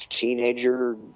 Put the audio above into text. teenager